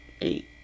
eight